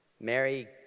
Mary